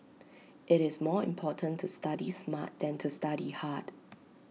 IT is more important to study smart than to study hard